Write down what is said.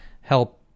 help